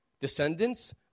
descendants